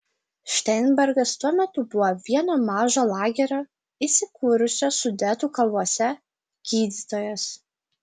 šteinbergas tuo metu buvo vieno mažo lagerio įsikūrusio sudetų kalvose gydytojas